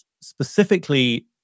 specifically